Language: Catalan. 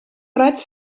raig